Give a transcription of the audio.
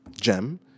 gem